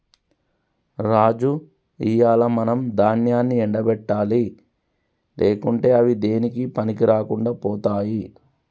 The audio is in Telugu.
రాజు ఇయ్యాల మనం దాన్యాన్ని ఎండ పెట్టాలి లేకుంటే అవి దేనికీ పనికిరాకుండా పోతాయి